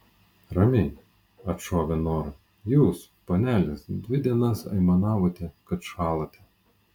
ramiai atšovė nora jūs panelės dvi dienas aimanavote kad šąlate